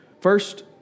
First